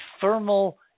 thermal